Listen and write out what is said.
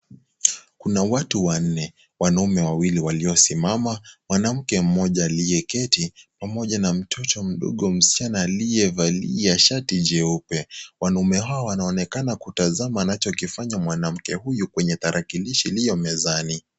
Kuna watu wanne wanaume wawili waliosimama mwanamke mmoja aliyeketi pamoja na mtoto mdogo msichana aliyevalia shati jeupe wanaume hawa wanaonekana kutazama anachokifanya mwanamke huyu kwenye tarakilishi iliyo mezani.